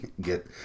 get